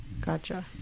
Gotcha